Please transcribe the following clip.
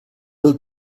del